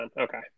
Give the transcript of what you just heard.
Okay